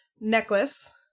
necklace